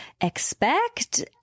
expect